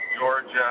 Georgia